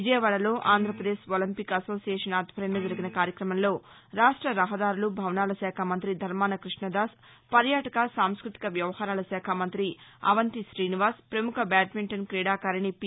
విజయవాడలో Andhra Pradesh Olympic association ఆధ్వర్యంలో జరిగిన కార్యక్రమంలో రాష్ట రహదారులు భవనాల శాఖమంతి ధర్మాన కృష్ణదాస్ పర్యాటక సాంస్తృతిక వ్యవహారాల శాఖ మంతి అవంతి శ్రీనివాస్ ప్రముఖ బ్యాడ్మింటన్ క్రీడాకారిని పి